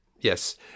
yes